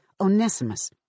Onesimus